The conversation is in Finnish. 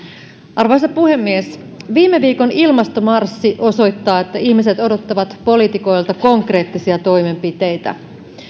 arvoisa puhemies viime viikon ilmastomarssi osoittaa että ihmiset odottavat poliitikoilta konkreettisia toimenpiteitä